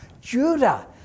Judah